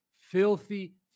filthy